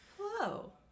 Hello